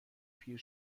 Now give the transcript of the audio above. پیر